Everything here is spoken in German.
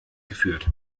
geführt